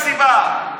זאת הסיבה.